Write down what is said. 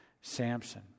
Samson